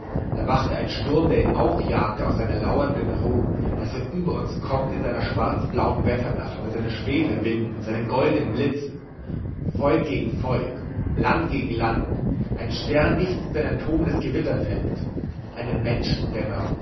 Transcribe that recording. erwachte ein sturm der ihn aufjagte aus seiner lauernden ruh daß er über uns kommt in seiner schwarzblauen wetternacht mit seinen schwefelwinden seinen goldenen blitzen volk gegen volk land gegen land ein stern nichts denn ein tobendes gewitterfeld eine